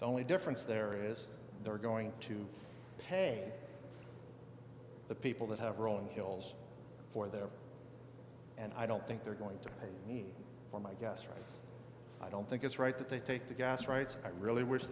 the only difference there is they're going to pay the people that have rolling hills for their and i don't think they're going to pay for my gas right i don't think it's right that they take the gas right i really wish